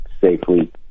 safely